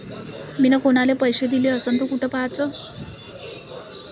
मिन कुनाले पैसे दिले असन तर कुठ पाहाचं?